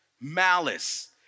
malice